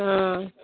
हँ